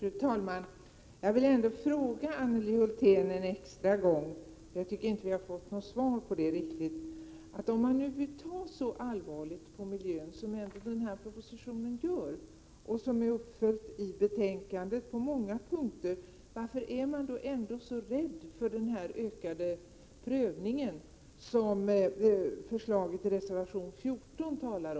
Fru talman! Jag vill fråga Anneli Hulthén en extra gång: Om man nu vill ta så pass allvarligt på miljön som man ändå gör i propositionen, som följs upp i betänkandet på många punkter, varför är man då så rädd för den ökade prövning som förslaget i reservation 14 innebär?